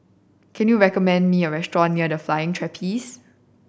can you recommend me a restaurant near The Flying Trapeze